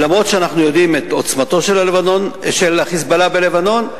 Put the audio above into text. אף-על-פי שאנחנו יודעים את עוצמתו של ה"חיזבאללה" בלבנון,